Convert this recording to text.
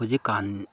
ꯍꯧꯖꯤꯛꯀꯥꯟ